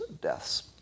deaths